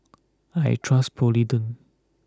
I trust Polident